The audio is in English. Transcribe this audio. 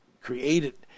created